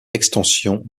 extension